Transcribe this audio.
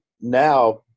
now